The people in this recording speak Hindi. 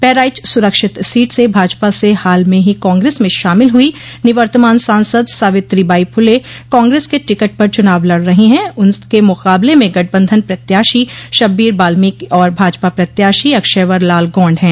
बहराइच सुरक्षित सीट से भाजपा से हाल में ही कांग्रेस में शामिल हुई निवर्तमान सांसद सावित्रीबाई फुले कांग्रेस के टिकट पर चुनाव लड़ रही है उनके मुक़ाबले में गठबंधन प्रत्याशी शब्बीर बाल्मोकि और भाजपा प्रत्याशी अक्षयवर लाल गौंड हैं